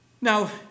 Now